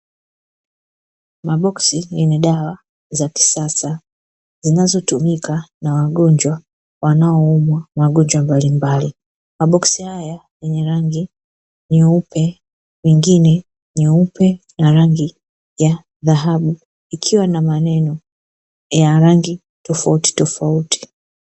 Maboksi yenye dawa za kisasa zinazotumika na wagonjwa wanaoumwa magonjwa mbalimbali, maboksi haya yenye rangi nyeupe mengi nyeupe na rangi ya dhahabu ikiwa na maneno ya rangi tofautitofauti.